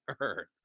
earth